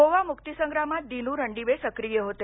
गोवा मुक्तीसंग्रामात दिनू रणदिवे सक्रिय होते